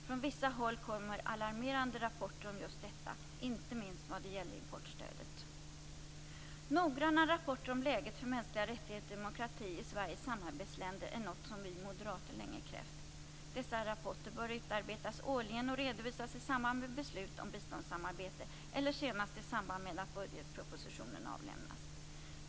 Från vissa håll kommer alarmerande rapporter om just detta, inte minst vad det gäller importstödet. Noggranna rapporter om läget för mänskliga rättigheter och demokrati i Sveriges samarbetsländer är något som vi moderater länge krävt. Dessa rapporter bör utarbetas årligen och redovisas i samband med beslut om biståndssamarbete eller senast i samband med att budgetpropositionen avlämnas.